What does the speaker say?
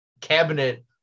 cabinet